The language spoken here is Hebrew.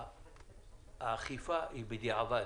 האכיפה היא בדיעבד.